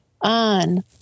on